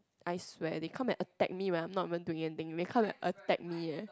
I swear they come and attack me when I'm not even doing anything they come and attack me eh